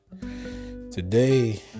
Today